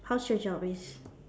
how's your job is